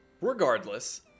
Regardless